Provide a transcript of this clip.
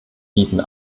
bieten